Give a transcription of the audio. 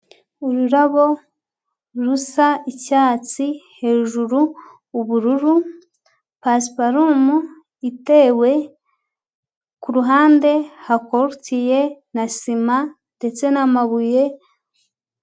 Ururabo rusa icyatsi, hejuru ubururu, pasiparumu itewe ku ruhande hakorotiye na sima ndetse n'amabuye...